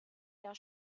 jahr